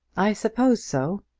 i suppose so.